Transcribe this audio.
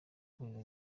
ihuriro